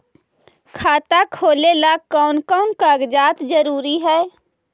खाता खोलें ला कोन कोन कागजात जरूरी है?